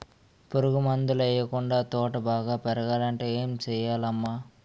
పురుగు మందులు యెయ్యకుండా తోట బాగా పెరగాలంటే ఏ సెయ్యాలమ్మా